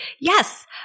yes